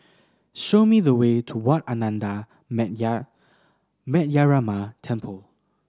show me the way to Wat Ananda Metyarama Temple